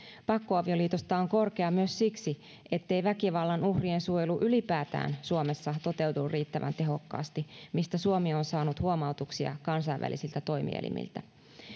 pakkoavioliitosta on korkea myös siksi ettei väkivallan uhrien suojelu ylipäätään suomessa toteudu riittävän tehokkaasti mistä suomi on saanut huomautuksia kansainvälisiltä toimielimiltä